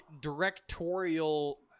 directorial